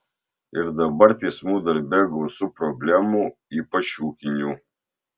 ir dabar teismų darbe gausu problemų ypač ūkinių